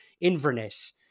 Inverness